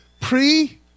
pre-